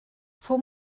fou